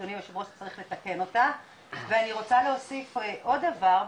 אדוני היושב ראש צריך לתקן אותה ואני רוצה להוסיף עוד דבר,